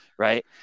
Right